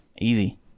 Easy